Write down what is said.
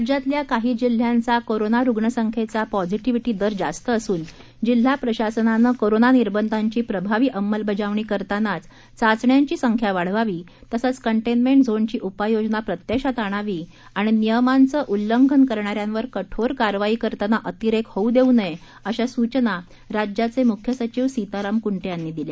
राज्यातल्या काही जिल्ह्यांचा कोरोना रुग्ण संख्येचा पॉझिटीव्हीटी दर जास्त असून जिल्हा प्रशासनानानं कोरोना निर्बंधांची प्रभावी अंमलबजावणी करतानाच चाचण्यांची संख्या वाढवावी तसंच कंटेनमेंट झोनची उपाययोजना प्रत्यक्षात आणावी आणि नियमांचं उल्लंघन करणाऱ्यांवर कठोर कारवाई करताना अतिरेक होऊ देऊ नका अशा सूचना राज्याचे मुख्य सचिव सीताराम कुंटे यांनी दिल्या